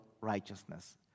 righteousness